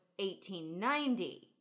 1890